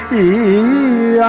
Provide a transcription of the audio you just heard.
e